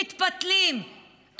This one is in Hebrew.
מתפתלים,